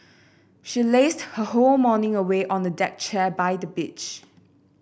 she lazed her whole morning away on a deck chair by the beach